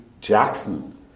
Jackson